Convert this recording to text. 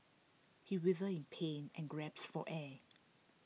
he wither in pain and gasped for air